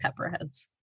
pepperheads